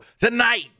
Tonight